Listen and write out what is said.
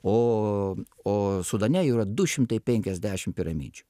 o o sudane yra du šimtai penkiasdešimt piramidžių